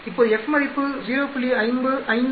இப்போது F மதிப்பு 0